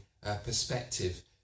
perspective